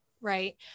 Right